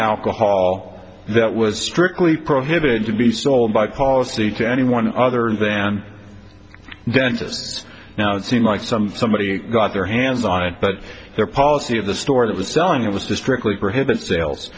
hall that was strictly prohibited to be sold by policy to anyone other than dentists now it seems like some somebody got their hands on it but their policy of the store that was selling it was a strictly prohibited sales